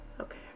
Okay